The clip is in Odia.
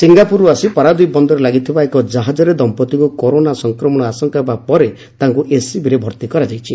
ସିଙ୍ଗାପୁରରୁ ଆସି ପାରାଦୀପ ବନ୍ଦରରେ ଲାଗିଥିବା ଏକ କାହାଜରେ ଜଣେ ଦମ୍ମଉିଙ୍କୁ କରୋନା ସଂକ୍ରମଣ ଆଶଙ୍କା ହେବା ପରେ ତାଙ୍କୁ ଏସସିବିରେ ଭର୍ତି କରାଯାଇଛି